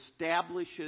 establishes